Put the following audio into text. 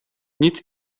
nic